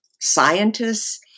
scientists